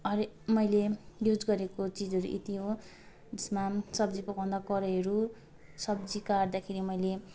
हरे मैले युज गरेको चिजहरू यति हो जसमा सब्जी पकाउँदा कराहीहरू सब्जी काट्दाखेरि मैले